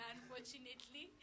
Unfortunately